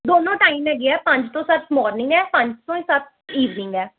ਦੋਨੋਂ ਟਾਈਮ ਹੈਗੇ ਆ ਪੰਜ ਤੋਂ ਸੱਤ ਮੋਰਨਿੰਗ ਹੈ ਪੰਜ ਤੋਂ ਹੀ ਸੱਤ ਈਵਨਿੰਗ ਹੈ